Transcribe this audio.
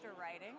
writing